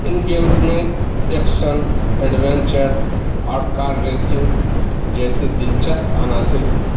ان games میں action adventure اور car racing جیسے دلچسپ عناصر ہوتے ہیں